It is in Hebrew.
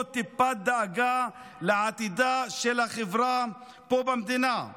טיפת דאגה לעתידה של החברה פה במדינה,